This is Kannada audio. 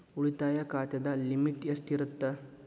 ಉಳಿತಾಯ ಖಾತೆದ ಲಿಮಿಟ್ ಎಷ್ಟ ಇರತ್ತ?